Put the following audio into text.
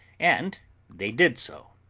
and they did so.